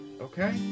okay